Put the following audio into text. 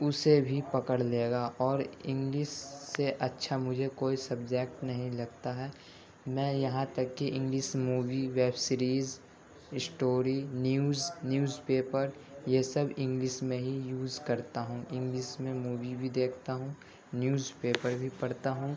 اُسے بھی پکڑ لے گا اور انگلش سے اچھا مجھے کوئی سبجیکٹ نہیں لگتا ہے میں یہاں تک کہ English movie web series story news newspaper یہ سب انگلش میں ہی یوز کرتا ہوں انگلش میں مووی بھی دیکھتا ہوں نیوز پیپر بھی پڑھتا ہوں